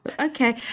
okay